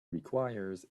requires